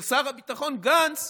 של שר הביטחון גנץ,